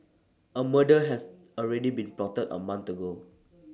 A murder has already been plotted A month ago